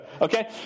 Okay